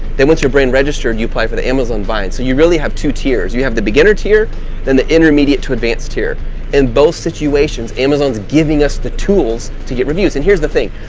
then once you're brand registered, you apply for the amazon vine, so you really have two tiers. you have the beginner tier then the intermediate to advanced tier in both situations. amazon's giving us the tools to get reviews and here's the thing,